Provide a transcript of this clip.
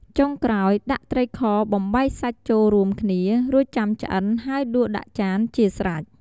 ចុងក្រោយដាក់ត្រីខបំបែកសាច់ចូលរួមគ្នា រួចចាំឆ្អិនហើយដួសដាក់ចានជាស្រេច។